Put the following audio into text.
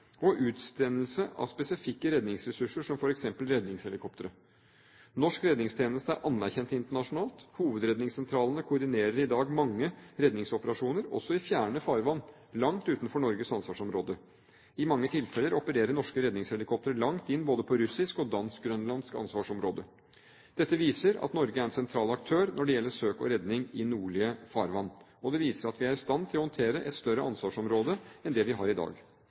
og utsendelse av spesifikke redningsressurser som f.eks. redningshelikoptre. Norsk redningstjeneste er anerkjent internasjonalt. Hovedredningssentralene koordinerer i dag mange redningsoperasjoner, også i fjerne farvann langt utenfor Norges ansvarsområde. I mange tilfeller opererer norske redningshelikoptre langt inn i både russisk og dansk/grønlandsk ansvarsområde. Dette viser at Norge er en sentral aktør når det gjelder søk og redning i nordlige farvann, og det viser at vi er i stand til å håndtere et større ansvarsområde enn det vi har i dag.